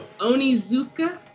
Onizuka